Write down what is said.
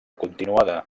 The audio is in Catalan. continuada